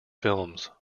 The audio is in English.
films